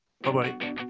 Bye-bye